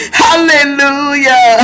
hallelujah